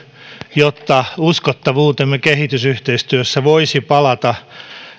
jotta uskottavuutemme kehitysyhteistyössä voisi palata